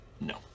No